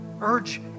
urge